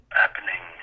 happening